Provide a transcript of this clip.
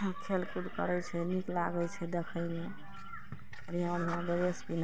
खेलकूद करय छै नीक लागय छै देखयमे बढ़िआँ बढ़िआँ ड्रेस पीन्हय